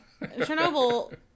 Chernobyl